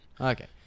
Okay